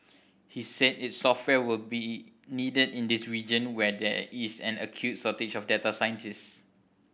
he said its software will be needed in this region where there is an acute shortage of data scientist